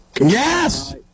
Yes